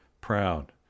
proud